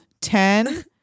ten